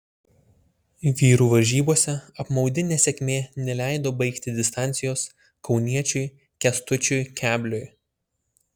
vyrų varžybose apmaudi nesėkmė neleido baigti distancijos kauniečiui kęstučiui kebliui